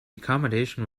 accommodation